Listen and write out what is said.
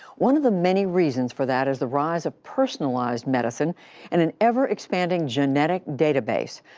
one of the many reasons for that is the rise of personalized medicine and an ever-expanding genetic database.